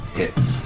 hits